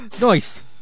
Nice